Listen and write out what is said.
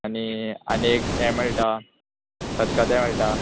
आनी आनी एक हें मेळटा खतखतें मेळटा